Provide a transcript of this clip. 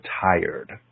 tired